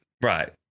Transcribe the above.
right